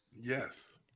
Yes